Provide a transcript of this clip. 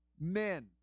men